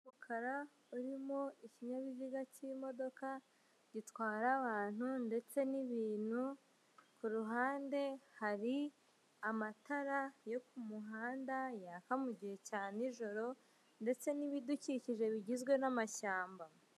Umuhanda w'umukara urimo ikinyabiziga cy'imodoka gitwara abantu ndetse n'ibintu. Ku ruhande hari amatara yo ku muhanda yaka mu mu gihe cya ninjoro, ndetse n'ibidukikije bigizwe n'amashyamba.